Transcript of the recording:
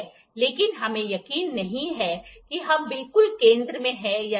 लेकिन हमें यकीन नहीं है कि हम बिल्कुल केंद्र में हैं या नहीं